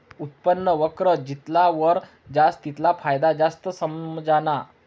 उत्पन्न वक्र जितला वर जास तितला फायदा जास्त समझाना